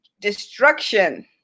destruction